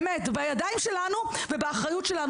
זה בידיים שלנו ובאחריות שלנו.